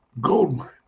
Goldmine